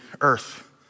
earth